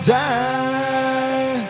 die